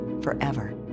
forever